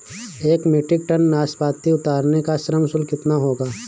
एक metric ton नाशपाती उतारने का श्रम शुल्क कितना होगा?